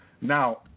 Now